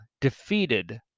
defeated